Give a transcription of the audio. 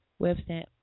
Webstamp